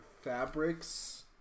fabrics